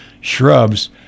shrubs